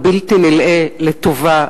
הבלתי-נלאה לטובה,